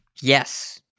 Yes